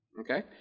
Okay